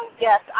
Yes